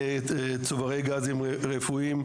צוברי גזים רפואיים,